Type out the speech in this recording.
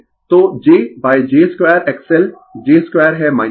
तो jj 2XL j 2 है 1